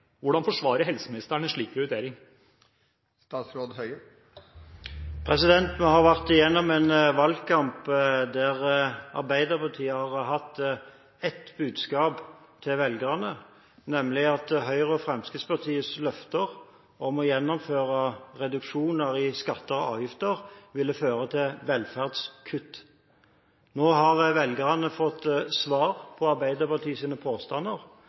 Hvordan forsvarer helseministeren en slik prioritering? Vi har vært igjennom en valgkamp der Arbeiderpartiet har hatt ett budskap til velgerne, nemlig at Høyre og Fremskrittspartiets løfter om å gjennomføre reduksjoner i skatter og avgifter ville føre til velferdskutt. Nå har velgerne fått svar på Arbeiderpartiets påstander.